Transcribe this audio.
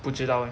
不知道 leh